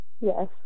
Yes